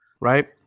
right